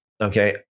okay